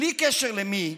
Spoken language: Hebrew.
בלי קשר למי,